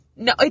No